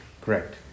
Correct